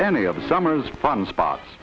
any of the summer's fun spots